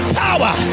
power